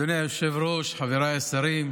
אדוני היושב-ראש, חבריי השרים,